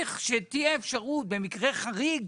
צריך שתהיה אפשרות במקרה חריג,